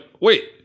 wait